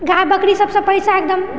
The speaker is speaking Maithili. गाय बकरी सबसँ पैसा एकदम